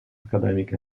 academic